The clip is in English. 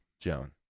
Joan